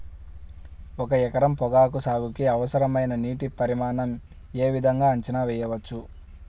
ఒక ఎకరం పొగాకు సాగుకి అవసరమైన నీటి పరిమాణం యే విధంగా అంచనా వేయవచ్చు?